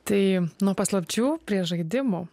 tai nuo paslapčių prie žaidimų